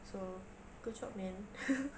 so good job man